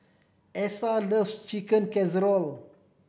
Essa loves Chicken Casserole